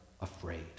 afraid